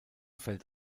fällt